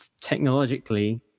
technologically